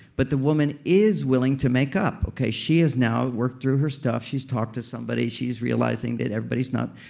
but the woman is willing to make up. okay, she has now worked through her stuff. she's talked to somebody. she's realizing that everybody's not,